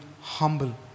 humble